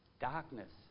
Darkness